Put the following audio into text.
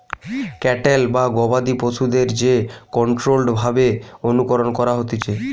cattle বা গবাদি পশুদের যে কন্ট্রোল্ড ভাবে অনুকরণ করা হতিছে